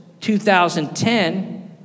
2010